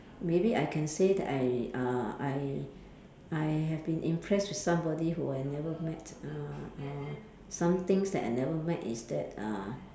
maybe I can say that I uh I I have been impressed with somebody who I have never met uh or some things that I never met is that uh